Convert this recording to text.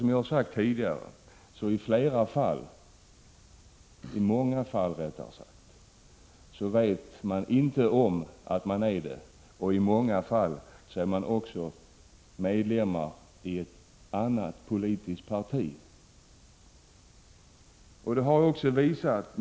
Som jag sagt tidigare är det många som inte vet om det, och det är många som också är medlemmar i ett annat politiskt parti.